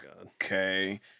okay